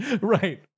Right